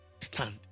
Stand